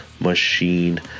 machine